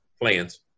plans